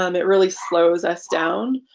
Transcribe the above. um it really slows us down